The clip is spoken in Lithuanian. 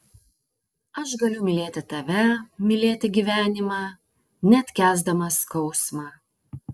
aš galiu mylėti tave mylėti gyvenimą net kęsdama skausmą